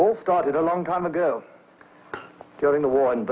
all started a long time ago during the war and